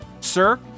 Sir